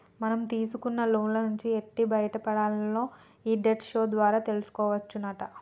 మనం తీసుకున్న లోన్ల నుంచి ఎట్టి బయటపడాల్నో ఈ డెట్ షో ద్వారా తెలుసుకోవచ్చునట